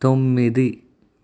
తొమ్మిది